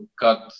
cut